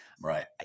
right